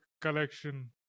collection